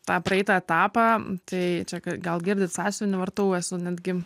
tą praeitą etapą tai čia gal girdit sąsiuvinį vartau esu netgi